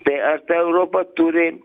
tai ar ta europa turi